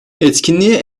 etkinliğe